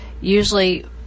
usually